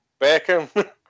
Beckham